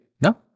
no